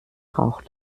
rauch